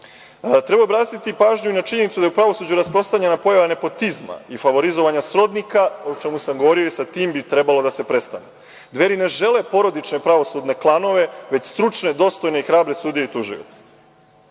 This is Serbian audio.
stvar. Treba obratiti pažnju i na činjenicu da je u pravosuđu rasprostranjena pojava nepotizma i favorizovanja srodnika, o čemu sam govorio i sa tim bi trebalo da se prestane. Dveri ne žele porodične pravosudne klanove, već stručne, dostojne i hrabre sudije i tužioce.